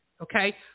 Okay